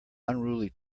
unruly